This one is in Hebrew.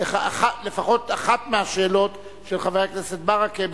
לפחות לאחת מהשאלות של חבר הכנסת ברכה,